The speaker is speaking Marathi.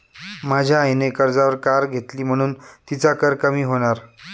माझ्या आईने कर्जावर कार घेतली म्हणुन तिचा कर कमी होणार